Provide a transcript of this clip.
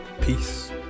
peace